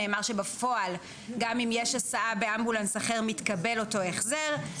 נאמר שבפועל גם אם יש הסעה באמבולנס אחר מתקבל אותו החזר,